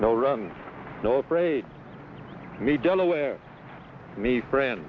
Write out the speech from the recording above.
up no parade delaware me friend